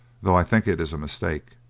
though i think it is a mistake.